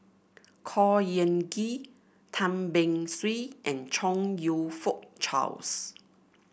Khor Ean Ghee Tan Beng Swee and Chong You Fook Charles